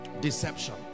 deception